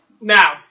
Now